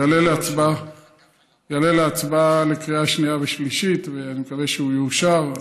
הוא יעלה להצבעה לקריאה שנייה ושלישית ואני מקווה שהוא יאושר,